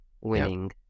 winning